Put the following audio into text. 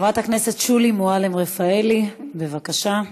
חברת הכנסת שולי מועלם-רפאלי, בבקשה.